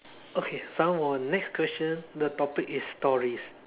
okay some more next question the topic is stories